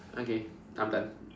okay I'm done